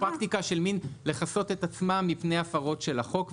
ואז זו פרקטיקה של מין לכסות את עצמם מפני הפרות של החוק.